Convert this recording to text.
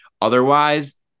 Otherwise